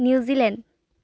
New Zealand